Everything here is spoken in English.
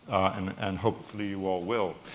and and hopefully you all will.